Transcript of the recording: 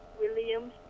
Williams